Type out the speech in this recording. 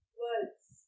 words